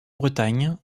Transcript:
bretagne